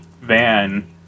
van